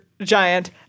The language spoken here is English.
Giant